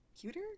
cuter